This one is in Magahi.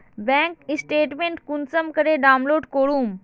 बैंक स्टेटमेंट कुंसम करे डाउनलोड करूम?